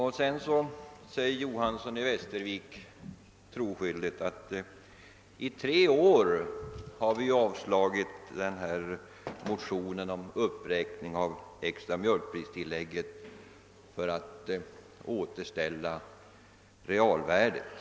Herr Johanson i Västervik säger troskyldigt att i tre år har riksdagen avslagit motioner om uppräkning av det extra mjölkpristillägget för att återställa realvärdet.